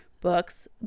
books